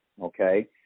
Okay